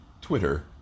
Twitter